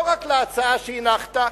לא רק להצעה שהנחת,